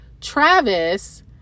Travis